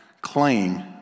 claim